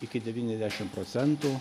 iki devyniasdešim procentų